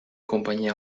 compañía